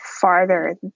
farther